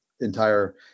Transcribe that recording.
entire